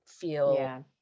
Feel